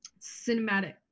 cinematic